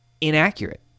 inaccurate